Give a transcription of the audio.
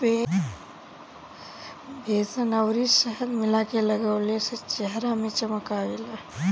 बेसन अउरी शहद मिला के लगवला से चेहरा में चमक आवेला